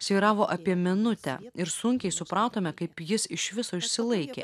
svyravo apie minutę ir sunkiai supratome kaip jis iš viso išsilaikė